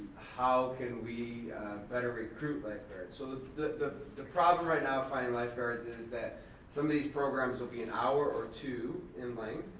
how can we better recruit lifeguards? so the the problem right now of finding lifeguards is that some of these programs will be an hour or two in length.